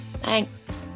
thanks